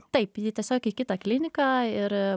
taip į tiesiog į kitą kliniką ir